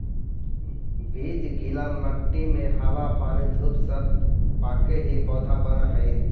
बीज गीला मट्टी में हवा पानी धूप सब पाके ही पौधा बनऽ हइ